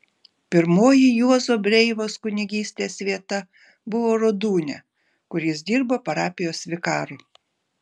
pirmoji juozo breivos kunigystės vieta buvo rodūnia kur jis dirbo parapijos vikaru